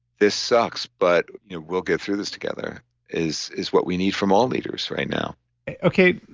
this sucks but we'll get through this together is is what we need from all leaders right now okay,